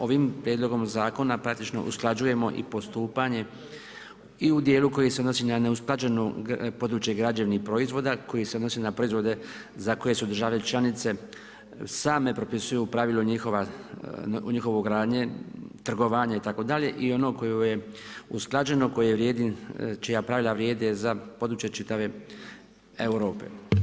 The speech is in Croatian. Ovim prijedlogom zakona praktično usklađujemo i postupanje i u dijelu koji se odnosi na neusklađeno područje građevnih proizvoda koji se odnosi na proizvode za koje države članice same propisuju u pravilu njihovu ugradnju, trgovanje itd., i ono koje je usklađeno, čija pravila vrijede za područje čitave Europe.